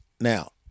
Now